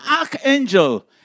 archangel